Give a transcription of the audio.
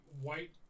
white